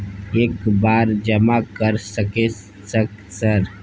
एक बार जमा कर सके सक सर?